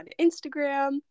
Instagram